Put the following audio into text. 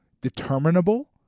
determinable